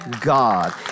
God